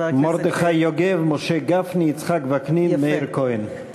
מרדכי יוגב, משה גפני, יצחק וקנין ומאיר כהן.